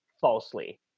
falsely